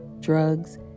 drugs